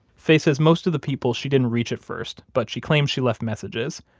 faye says most of the people she didn't reach at first, but she claims she left messages.